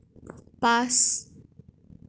পাঁচ